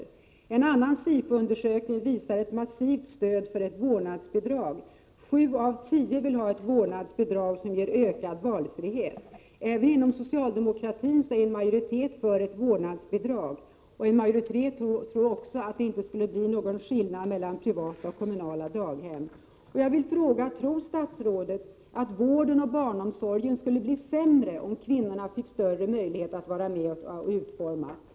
Av en annan SIFO-undersökning framgår att det finns ett massivt stöd för ett vårdnadsbidrag. Sju av tio vill ha ett vårdnadsbidrag som ger ökad valfrihet. Även inom socialdemokratin är en majoritet för ett vårdnadsbidrag. Och en majoritet tror att det inte skulle bli någon skillnad mellan privata och kommunala daghem. Tror statsrådet att vården och barnomsorgen skulle bli sämre om kvinnorna fick större möjlighet att vara med och utforma verksamheten?